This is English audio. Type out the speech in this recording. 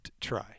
try